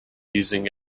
using